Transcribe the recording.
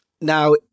Now